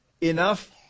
Enough